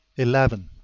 eleven.